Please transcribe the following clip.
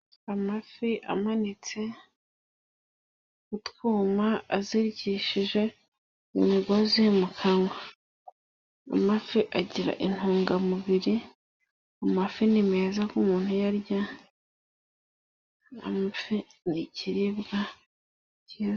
Amafi amanitse k'utwuma azirikishije imigozi mu kanwa. Amafi agira intungamubiri ,amafi ni meza k'umuntu uyarya, amafi ni ikiribwa cyi...